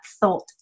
thought